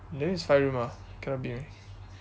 then it's five room ah cannot be